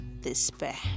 despair